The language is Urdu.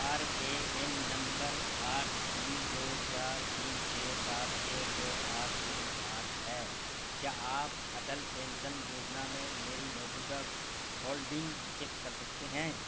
آر اے این نمبر آٹھ تین دو چار تین چھ سات چھ دو آٹھ تین آٹھ ہے کیا آپ اٹل پینسن یوجنا میں میری موجودہ ہولڈنگ چیک کر سکتے ہیں